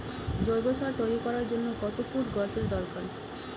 জৈব সার তৈরি করার জন্য কত ফুট গর্তের দরকার?